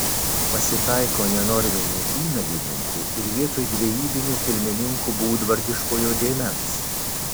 pasitaiko nenorminių įnagininkų ir vietoj dvejybinių kilmininkų būdvardiškojo dėmens